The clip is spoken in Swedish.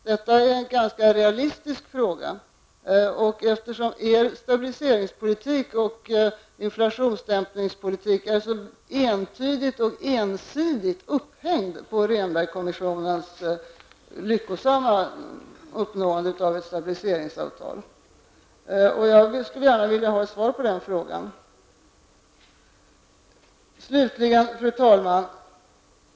Detta är en ganska realistisk fråga, eftersom er stabiliseringspolitik och inflationsbekämpningspolitik är så entydigt och ensidigt upphängd på Rehnbergkommissionens lyckosamma uppnående av ett stabiliseringsavtal. Jag skulle gärna vilja ha ett svar på den frågan. Slutligen, fru talman!